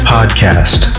Podcast